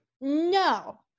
No